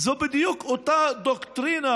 זאת בדיוק אותה דוקטרינה